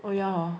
oh yeah hor